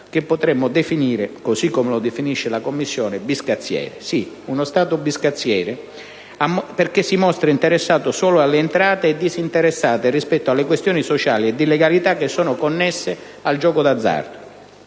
che potremmo definire, così come fa la Commissione, «biscazziere». Sì, uno Stato biscazziere, perché si mostra interessato solo alle entrate e disinteressato rispetto alle questioni sociali e di illegalità connesse al gioco d'azzardo.